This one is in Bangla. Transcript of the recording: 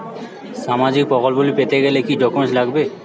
সামাজিক প্রকল্পগুলি পেতে গেলে কি কি ডকুমেন্টস লাগবে?